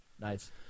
Nice